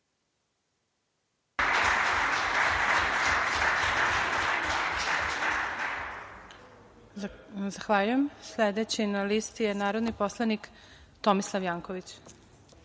Zahvaljujem. Sledeći na listi je narodni poslanik, Tomislav Janković.